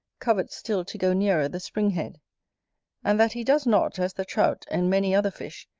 covets still to go nearer the spring-head and that he does not, as the trout and many other fish,